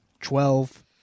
twelve